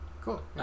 Cool